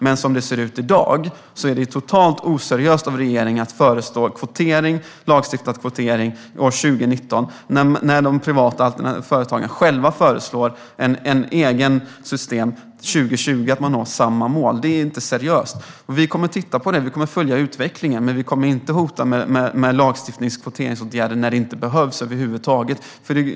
Men som det ser ut i dag är det totalt oseriöst av regeringen att föreslå lagstiftad kvotering år 2019, när de privata företagen själva föreslår ett system för att nå samma mål 2020. Det är inte seriöst. Vi kommer att titta på det och följa utvecklingen, men vi kommer inte att hota med lagstiftning eller andra kvoteringsåtgärder när det inte behövs över huvud taget.